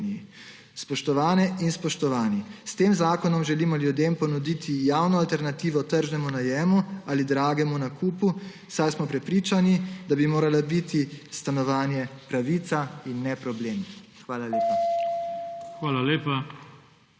Spoštovane in spoštovani, s tem zakonom želimo ljudem ponuditi javno alternativo tržnemu najemu ali dragemu nakupu, saj smo prepričani, da bi moralo biti stanovanje pravica in ne problem. Hvala lepa.